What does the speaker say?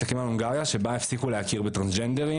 מסתכלים על הונגריה שבה הפסיקו להכיר בטרנסג'נדרים